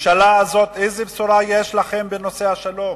הממשלה הזאת, איזו בשורה יש לכם בנושא השלום?